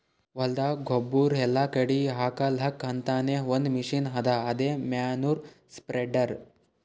ಹೊಲ್ದಾಗ ಗೊಬ್ಬುರ್ ಎಲ್ಲಾ ಕಡಿ ಹಾಕಲಕ್ಕ್ ಅಂತಾನೆ ಒಂದ್ ಮಷಿನ್ ಅದಾ ಅದೇ ಮ್ಯಾನ್ಯೂರ್ ಸ್ಪ್ರೆಡರ್